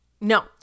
No